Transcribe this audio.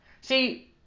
See